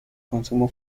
consumo